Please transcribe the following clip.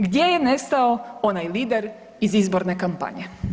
Gdje je nestao onaj lider iz izborne kampanje?